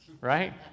right